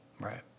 right